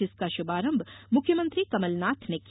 जिसका शुभारम्भ मुख्यमंत्री कमलनाथ ने किया